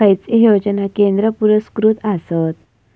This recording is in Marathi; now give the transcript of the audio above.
खैचे योजना केंद्र पुरस्कृत आसत?